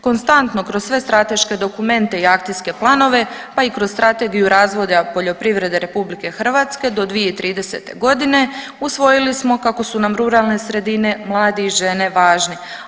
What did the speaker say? Konstantno kroz sve strateške dokumente i akcijske planove, pa i kroz Strategiju razvoja poljoprivrede Republike Hrvatske do 2030. godine usvojili smo kako su nam ruralne sredine, mladi i žene važni.